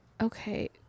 okay